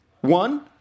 one